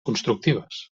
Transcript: constructives